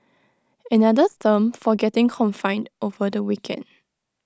another term for getting confined over the weekend